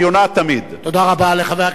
תודה רבה לחבר הכנסת מגלי והבה.